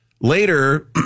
later